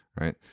Right